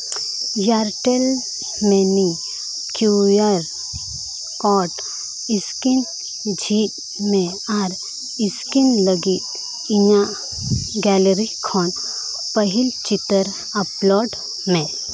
Airtel money QR code scan ᱡᱷᱤᱡᱽ ᱢᱮ ᱟᱨ ᱮᱥᱠᱮᱱ ᱞᱟᱹᱜᱤᱫ ᱤᱧᱟᱹᱜ ᱜᱮᱞᱟᱨᱤ ᱠᱷᱚᱱ ᱯᱟᱹᱦᱤᱞ ᱪᱤᱛᱟᱹᱨ ᱟᱯᱞᱳᱰ ᱢᱮ